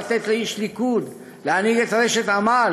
לתת לאיש ליכוד להנהיג את רשת "עמל",